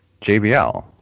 JBL